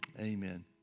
Amen